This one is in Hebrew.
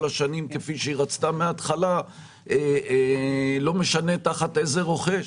השנים כפי שהיא רצתה מהתחלה ולא משנה תחת איזה רוכש.